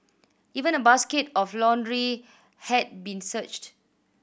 even a basket of laundry had been searched